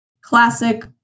classic